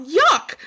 yuck